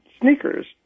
Sneakers